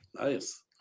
Nice